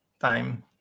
time